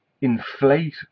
inflate